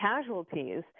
casualties